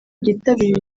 byitabiriye